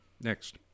Next